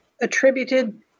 attributed